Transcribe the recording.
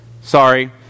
Sorry